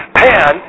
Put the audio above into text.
pan